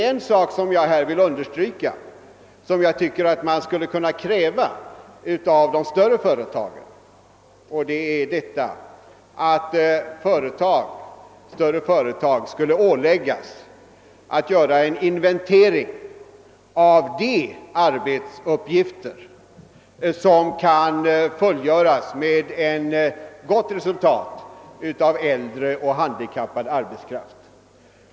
En sak som jag tycker att man skulle kunna kräva av de större företagen — det vill jag understryka — är att de skulle åläggas att göra en inventering av de arbetsuppgifter som med gott resultat kan fullgöras av äldre och handikappad arbetskraft.